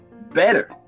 better